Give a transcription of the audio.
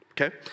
Okay